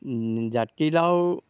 জাতিলাও